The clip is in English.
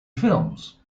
films